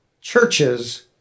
churches